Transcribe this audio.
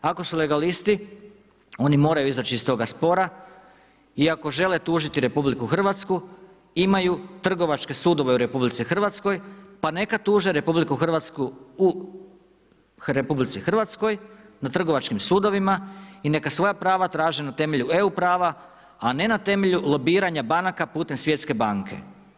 Ako su legalisti oni moraju izaći iz toga spora i ako žele tužiti RH imaju trgovačke sudove u RH pa neka tuže RH u RH na trgovačkim sudovima i neka svoja prava traže na temelju eu prava, a ne na temelju lobiranja banaka putem Svjetske banke.